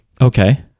Okay